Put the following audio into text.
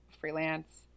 freelance